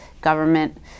government